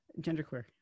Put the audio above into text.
Genderqueer